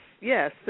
yes